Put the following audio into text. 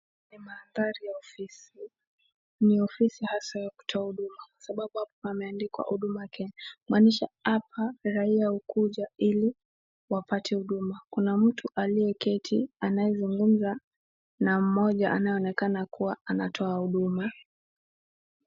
Ni maandhari ya ofisi ni ofisa hasa ya kutoa huduma sababu hapa pameandikwa huduma kenya kumaanisha hapa raia hukuja ili wapate huduma kuna mtu aliyeketi anayezungumza na mmoja anayeonekana kuwa anatoa huduma .